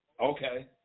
okay